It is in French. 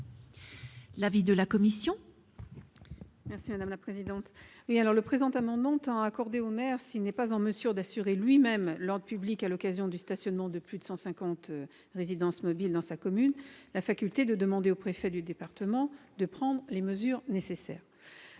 l'avis de la commission ? Le présent amendement tend à accorder au maire, s'il n'est pas en mesure d'assurer lui-même l'ordre public à l'occasion du stationnement de plus de cent cinquante résidences mobiles dans sa commune, la faculté de demander au préfet de département de prendre les mesures nécessaires.